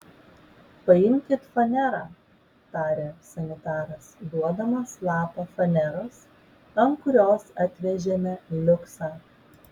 paimkit fanerą tarė sanitaras duodamas lapą faneros ant kurios atvežėme liuksą